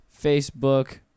Facebook